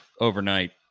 overnight